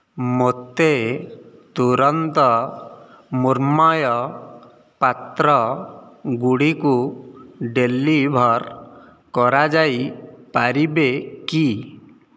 ମୋତେ ତୁରନ୍ତ ମୃଣ୍ମୟ ପାତ୍ର ଗୁଡ଼ିକୁ ଡେଲିଭର୍ କରାଯାଇପାରିବେ କି